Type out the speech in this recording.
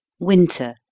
Winter